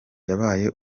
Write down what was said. yabaye